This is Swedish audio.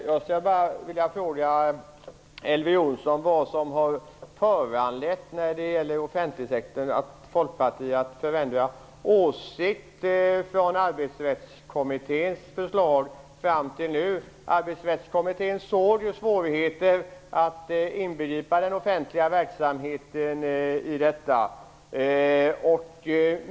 Herr talman! Jag skulle vilja fråga Elver Jonsson vad som föranlett Folkpartiet att ändra åsikt när det gäller offentligsektorn, från Arbetsrättskommitténs förslag fram till nu. Arbetsrättskommittén såg ju svårigheter att inbegripa den offentliga verksamheten i detta.